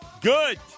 Good